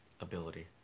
ability